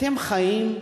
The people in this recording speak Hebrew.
אתם חיים,